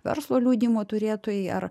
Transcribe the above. verslo liudijimų turėtojai ar